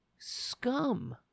scum